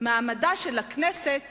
"מעמדה של הכנסת